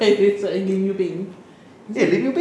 he is like lim yu beng isn't